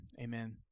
Amen